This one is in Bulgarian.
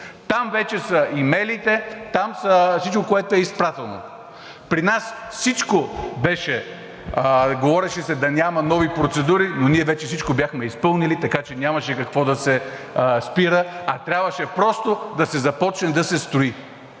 Там вече са имейлите, там е всичко, което е изпратено. При нас всичко беше… Говореше се да няма нови процедури, но ние вече всичко бяхме изпълнили, така че нямаше какво да се спира, а трябваше просто да се започне да се строи.